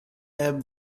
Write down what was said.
ebb